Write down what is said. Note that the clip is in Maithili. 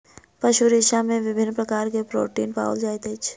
पशु रेशा में विभिन्न प्रकार के प्रोटीन पाओल जाइत अछि